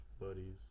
buddies